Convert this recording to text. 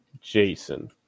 Jason